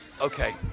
Okay